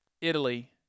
Italy